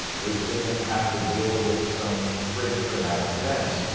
we've seen them have to deal with some pretty traumatic events,